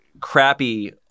crappy